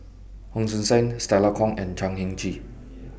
Hon Sui Sen Stella Kon and Chan Heng Chee